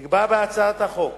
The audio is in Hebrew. נקבע בהצעת החוק